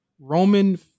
Roman